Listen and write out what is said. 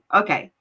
okay